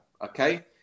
Okay